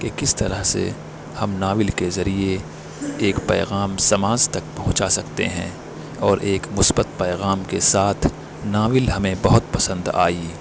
کہ کس طرح سے ہم ناول کے ذریعے ایک پیغام سماج تک پہنچا سکتے ہیں اور ایک مثبت پیغام کے ساتھ ناول ہمیں بہت پسند آئی